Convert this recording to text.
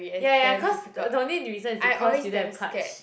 yah yah yah cause the the only reason is because you don't have clutch